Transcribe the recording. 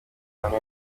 abane